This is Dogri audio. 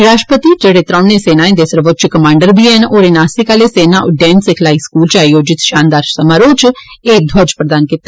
राष्ट्रपति होर जेड़े त्रोणे सेनाएं दे सर्वोच्च कमांडर बी हैन होरें नासिक आलेसेना उड्डयन सिखलाई स्कूल इच आयोजित शानदार समारोह इच एह् ध्वज प्रदान कीता